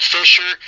Fisher